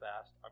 fast